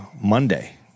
Monday